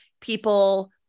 people